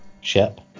ship